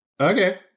Okay